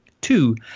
Two